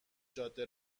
جاده